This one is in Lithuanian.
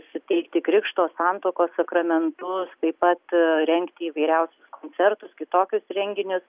suteikti krikšto santuokos sakramentus taip pat rengti įvairiausius koncertus kitokius renginius